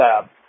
Lab